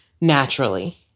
naturally